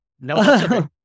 No